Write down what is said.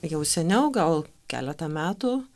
jau seniau gal keletą metų